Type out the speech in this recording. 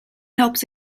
helps